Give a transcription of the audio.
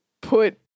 put